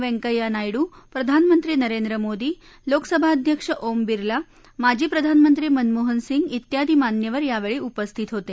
वेंकय्या नायडू प्रधानमंत्री नरेंद्र मोदी लोकसभा अध्यक्ष ओम बिरला माजी प्रधानमंत्री मनमोहन सिंग तेयादी मान्यवर यावेळी उपस्थित होते